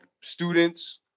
students